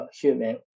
human